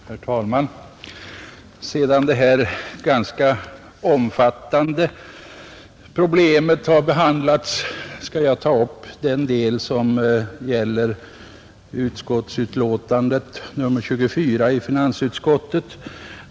Herr talman! Sedan det mera omfattande problemet har behandlats skall jag ta upp finansutskottets betänkande nr 24.